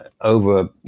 over